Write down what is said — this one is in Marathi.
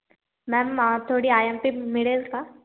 मॅम थोडी आयएमपी मिळेल का